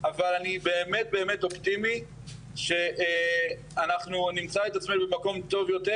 אבל אני באמת באמת אופטימי שאנחנו נמצא את עצמנו במקום טוב יותר,